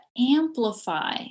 amplify